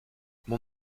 mon